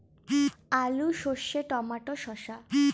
আলু সর্ষে টমেটো শসা